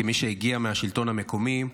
כמי שהגיע מהשלטון המקומי,